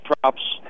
props